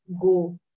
go